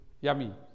yummy